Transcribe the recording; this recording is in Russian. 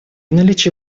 наличии